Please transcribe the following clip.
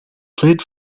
played